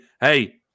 hey